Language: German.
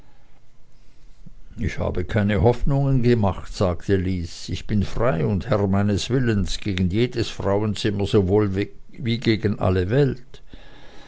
ich habe keine hoffnungen gemacht sagte lys ich bin frei und herr meines willens gegen jedes frauenzimmer sowohl wie gegen alle welt